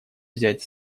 взять